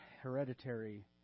hereditary